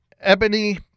Ebony